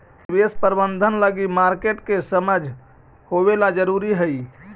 निवेश प्रबंधन लगी मार्केट के समझ होवेला जरूरी हइ